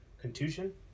contusion